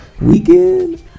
Weekend